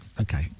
Okay